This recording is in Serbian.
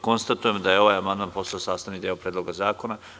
Konstatujem da je ovaj amandman postao sastavni deo Predloga zakona.